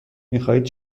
میخواهید